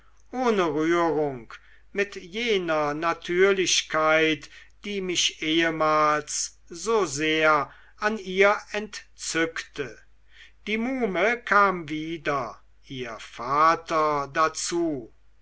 ohne rührung mit jener natürlichkeit die mich ehemals so sehr an ihr entzückte die muhme kam wieder ihr vater dazu